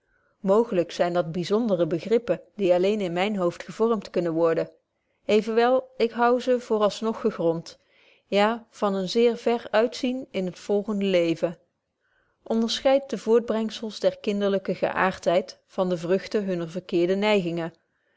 mooglyk zyn dat byzondere begrippen die alleen in myn hoofd gevormd kunnen worden evenwel ik hou ze voor als nog gegrond ja van een zeer ver uitzien in het volgende leven betje wolff proeve over de opvoeding onderscheidt de voortbrengzels der kinderlyke geäartheid van de vrugten hunner verkeerde neigingen